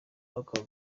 akaba